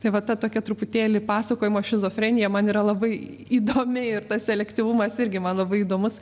tai va tokia truputėlį pasakojimo šizofrenija man yra labai įdomi ir tas selektyvumas irgi man labai įdomus